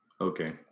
okay